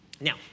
Now